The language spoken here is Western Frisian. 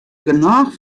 genôch